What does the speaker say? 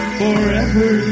forever